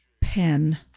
Pen